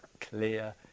clear